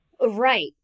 Right